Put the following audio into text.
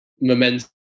momentum